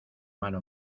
mano